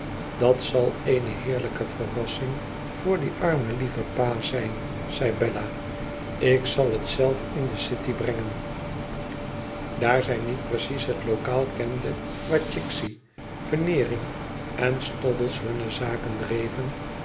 dat zal eene heerlijke verrassbg voor dien armen lieven pa zijn zei bella ik zal het zelf in de city brengen daar zij niet precies het lokaal kende waar chicksey veneering en stobbles hunne zaken dreven